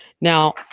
Now